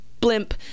Blimp